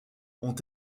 ont